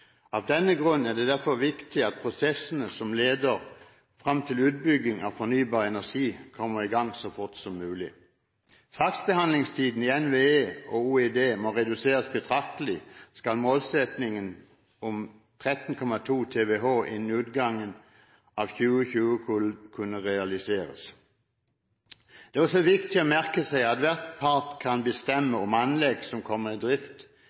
Av denne grunn er det derfor viktig at prosessene som leder fram til utbygging av fornybar energi, kommer i gang så fort som mulig. Saksbehandlingstiden i NVE og Olje- og energidepartementet må reduseres betraktelig hvis målsettingen om 13,2 TWh innen utgangen av 2020 skal kunne realiseres. Det er også viktig å merke seg at hver part kan bestemme om anlegg som kommer i drift